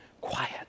Quiet